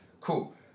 cool